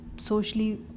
Socially